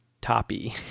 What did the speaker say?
Toppy